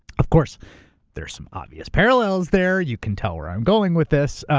of course there's some obvious parallels there. you can tell where i'm going with this.